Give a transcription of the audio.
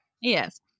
Yes